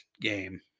game